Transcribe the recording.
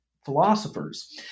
philosophers